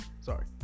Sorry